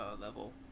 level